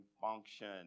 function